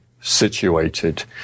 situated